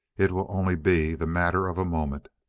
it will only be the matter of a moment.